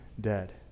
dead